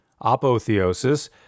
apotheosis